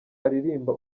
aririmba